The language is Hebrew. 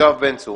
ויואב בן צור.